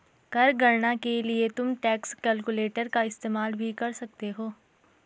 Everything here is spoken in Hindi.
कर गणना के लिए तुम टैक्स कैलकुलेटर का इस्तेमाल भी कर सकते हो